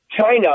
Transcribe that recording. China